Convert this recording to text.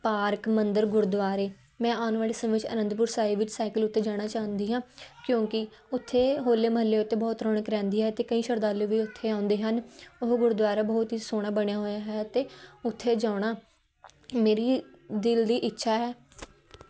park ਮੰਦਰ ਗੁਰਦੁਆਰੇ ਮੈਂ ਆਉਣ ਵਾਲੇ ਸਮੇਂ 'ਚ ਅਨੰਦਪੁਰ ਸਾਹਿਬ ਵਿੱਚ ਸਾਈਕਲ ਉੱਤੇ ਜਾਣਾ ਚਾਹੁੰਦੀ ਹਾਂ ਕਿਉਂਕਿ ਉੱਥੇ ਹੋਲੇ ਮੁਹੱਲੇ ਉੱਤੇ ਬਹੁਤ ਰੌਣਕ ਰਹਿੰਦੀ ਹੈ ਅਤੇ ਕਈ ਸ਼ਰਧਾਲੂ ਵੀ ਉੱਥੇ ਆਉਂਦੇ ਹਨ ਉਹ ਗੁਰਦੁਆਰਾ ਬਹੁਤ ਹੀ ਸੋਹਣਾ ਬਣਿਆ ਹੋਇਆ ਹੈ ਅਤੇ ਉੱਥੇ ਜਾਣਾ ਮੇਰੀ ਦਿਲ ਦੀ ਇੱਛਾ ਹੈ